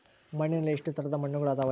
ಮಣ್ಣಿನಲ್ಲಿ ಎಷ್ಟು ತರದ ಮಣ್ಣುಗಳ ಅದವರಿ?